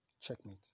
Checkmate